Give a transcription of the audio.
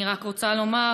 אני רק רוצה לומר,